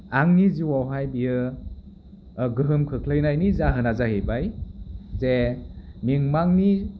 आंनि जिउआवहाय बेयो गोहोम खोख्लैनायनि जाहोना जाहैबाय जे मिमांनि